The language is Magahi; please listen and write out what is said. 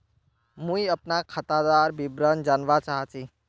मुई अपना खातादार विवरण जानवा चाहची?